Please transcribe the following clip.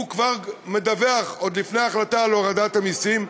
הוא כבר מדווח, עוד לפני ההחלטה, על הורדת המסים.